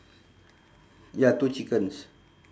ya two chickens